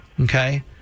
Okay